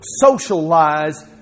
socialize